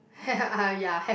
ya have